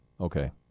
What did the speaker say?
okay